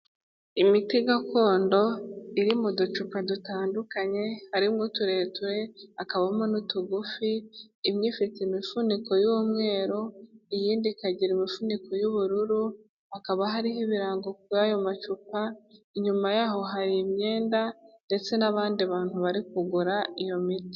Imiti gakondo, iri mu ducupa dutandukanye, harimo utureture, hakabamo n'utugufi, imwe ifite imifuniko y'umweru, iyindi ikagira imifuniko y'ubururu, hakaba hariho ibirango kuri ayo macupa, inyuma yaho hari imyenda, ndetse n'abandi bantu bari kugura iyo miti.